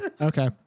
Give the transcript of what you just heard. Okay